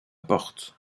porte